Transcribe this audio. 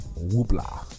whoopla